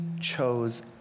chose